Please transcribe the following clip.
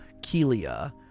Kelia